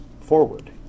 forward